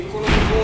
עם כל הכבוד,